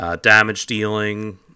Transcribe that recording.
damage-dealing